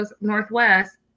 Northwest